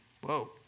Whoa